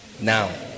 now